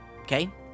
Okay